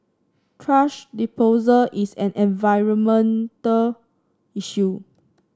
thrash disposal is an environmental issue